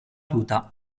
tuta